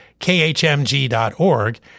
KHMG.org